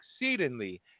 exceedingly